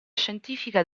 scientifica